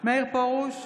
מאיר פרוש,